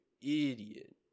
idiot